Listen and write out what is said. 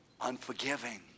unforgiving